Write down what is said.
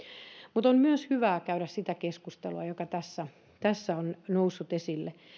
mutta on myös hyvä käydä sitä keskustelua joka tässä tässä on noussut esille